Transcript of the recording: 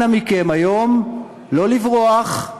אנא מכם, היום, לא לברוח,